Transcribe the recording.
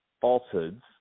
falsehoods